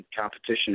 competition